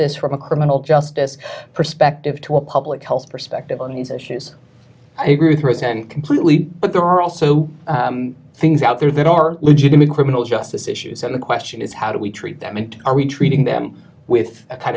this from a criminal justice perspective to a public health perspective on these issues completely but there are also things out there that are legitimate criminal justice issues and the question is how do we treat them and are we treating them with a kind